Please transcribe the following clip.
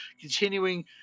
continuing